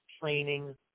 training